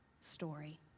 story